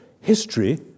history